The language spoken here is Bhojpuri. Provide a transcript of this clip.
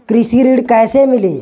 कृषि ऋण कैसे मिली?